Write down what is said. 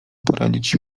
poradzić